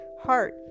heart